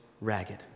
ragged